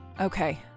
Okay